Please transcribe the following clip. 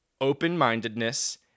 open-mindedness